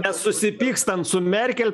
nesusipykstant su merkel